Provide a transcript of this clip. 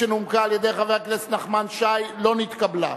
כפי שנומקה על-ידי חבר הכנסת נחמן שי, לא נתקבלה.